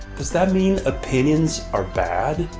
does that mean opinions are bad?